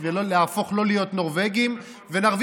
תן לו.